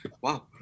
wow